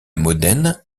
modène